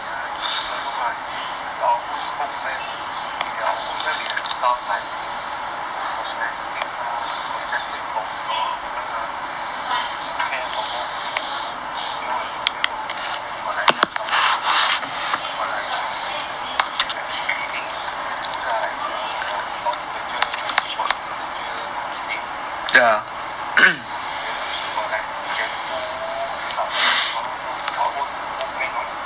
ya you can take a look ah then our own home brand we have our own brand we have stuff like in cosmetic lah cosmetic for women ah err skincare for both male and female then we got like health supplements we got like err like cleaning cleaning tools ah like you know your floor detergent then your dishwashing detergent all these thing err mm then we also got like shampoo shower shower foam from our own brand um okay